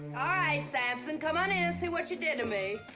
samson. come on in and see what you did to me.